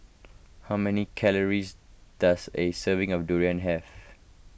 how many calories does a serving of Durian have